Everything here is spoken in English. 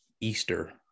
Easter